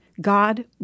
God